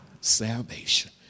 salvation